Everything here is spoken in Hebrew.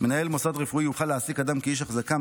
מנהל מוסד רפואי יוכל להעסיק אדם כאיש אחזקה,